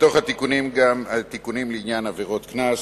בתוכה גם תיקונים לעניין עבירות קנס,